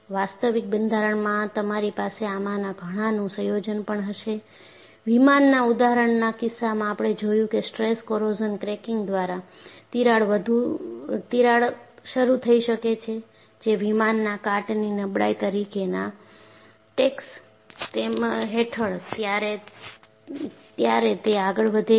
વાસ્તવિક બંધારણમાં તમારી પાસે આમાંના ઘણાનું સંયોજન પણ હશે વિમાનના ઉદાહરણના કિસ્સામાં આપણે જોયું કે સ્ટ્રેસ કોરોઝન ક્રેકીંગ દ્વારા તિરાડ શરૂ થઈ શકે છે જે વિમાનના કાટની નબળાઈ તરીકેના ટેક્સ હેઠળ હોય ત્યારે તે આગળ વધે છે